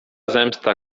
zemsta